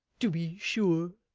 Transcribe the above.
to be sure